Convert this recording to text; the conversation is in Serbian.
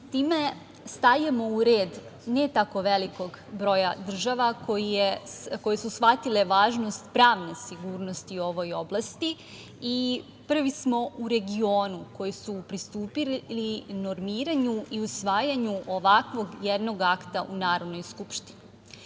stajemo u red ne tako velikog broja država koje su shvatile važnost pravne sigurnosti u ovoj oblasti i prvi smo u regionu koji smo pristupili i mirenju i usvajanju ovakvog jednog akta u Narodnoj skupštini. Mnogo